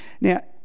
Now